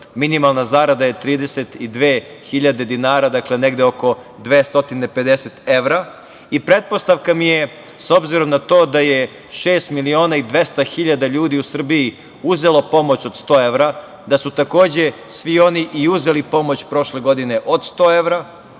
minimalna zarada je 32.000 dinara, dakle negde oko 250 evra, i pretpostavka mi je, s obzirom na to da je 6.200.000 ljudi u Srbiji uzelo pomoć od 100 evra, da su takođe svi oni i uzeli pomoć prošle godine od 100 evra,